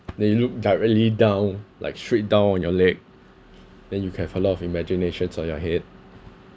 then you look directly down like straight down on your leg then you can have a lot of imaginations on your head